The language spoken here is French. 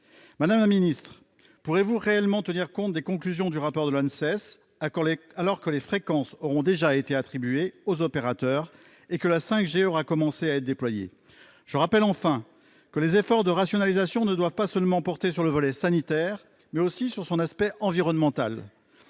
Madame la secrétaire d'État, pourrez-vous réellement tenir compte des conclusions du rapport de l'Anses, alors que les fréquences auront déjà été attribuées aux opérateurs et que la 5G aura commencé à être déployée ? Je rappelle, enfin, que les efforts de rationalisation doivent porter non seulement sur le volet sanitaire, mais aussi sur l'aspect environnemental.